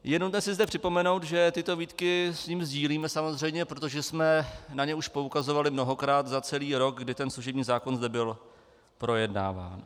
Jenom zde chci připomenout, že tyto výtky s ním sdílíme, samozřejmě, protože jsme na ně poukazovali mnohokrát za celý rok, kdy ten služební zákon zde byl projednáván.